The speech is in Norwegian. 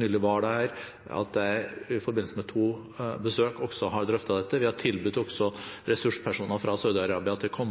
nylig var der, at jeg i forbindelse med to besøk også har drøftet dette. Vi har også tilbudt ressurspersoner fra Saudi-Arabia å komme